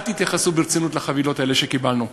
אל תתייחסו ברצינות לחבילות האלה שקיבלנו.